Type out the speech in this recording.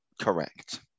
Correct